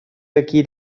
какие